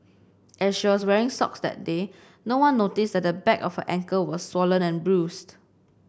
as she was wearing socks that day no one noticed that the back of her ankle was swollen and bruised